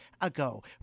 ago